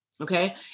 okay